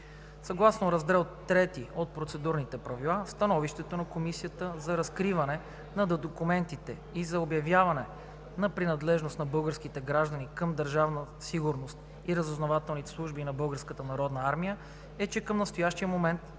Съгласно Раздел III от Процедурните правила, становището на Комисията за разкриване на документите и за обявяване на принадлежност на българските граждани към Държавна сигурност и разузнавателните служби на Българската народна армия е,